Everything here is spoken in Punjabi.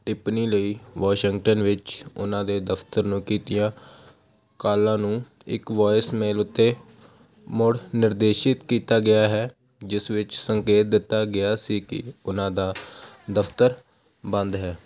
ਟਿੱਪਣੀ ਲਈ ਵਾਸ਼ਿੰਗਟਨ ਵਿੱਚ ਉਹਨਾਂ ਦੇ ਦਫ਼ਤਰ ਨੂੰ ਕੀਤੀਆਂ ਕਾਲਾਂ ਨੂੰ ਇੱਕ ਵੋਇਸਮੇਲ ਉੱਤੇ ਮੁੜ ਨਿਰਦੇਸ਼ਿਤ ਕੀਤਾ ਗਿਆ ਹੈ ਜਿਸ ਵਿੱਚ ਸੰਕੇਤ ਦਿੱਤਾ ਗਿਆ ਸੀ ਕੀ ਉਹਨਾਂ ਦਾ ਦਫ਼ਤਰ ਬੰਦ ਹੈ